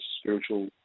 spiritual